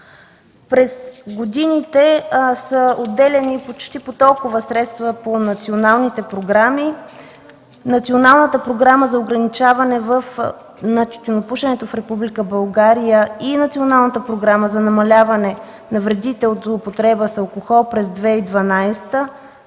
През годините са отделяни почти по толкова средства по националните програми. Националната програма за ограничаване на тютюнопушенето в Република България и Националната програма за намаляване на вредите от злоупотреба с алкохол, през 2012 г.